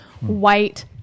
White